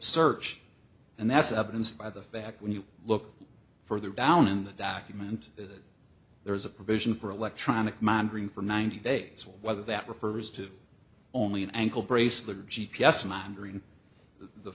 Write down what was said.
search and that's evidenced by the fact when you look further down in the document that there is a provision for electronic monitoring for ninety days whether that refers to only an ankle bracelet or g p s monitoring the